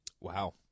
Wow